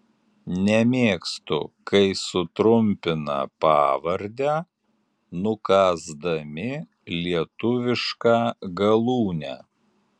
nemėgstu kai sutrumpina pavardę nukąsdami lietuvišką galūnę